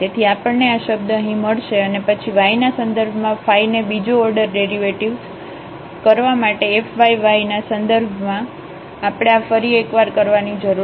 તેથી આપણને આ શબ્દ અહીં મળશે અને પછી વાયના સંદર્ભમાં ફાયને બીજો ઓર્ડરડેરિવેટિવ્ઝ કરવા માટે fyy ના સંદર્ભમાં આપણે આ ફરી એક વાર કરવાની જરૂર છે